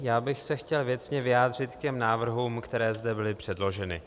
Já bych se chtěl věcně vyjádřit k těm návrhům, které zde byly předloženy.